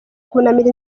kunamira